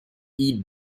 eat